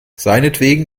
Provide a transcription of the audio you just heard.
seinetwegen